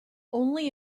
only